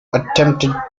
attempted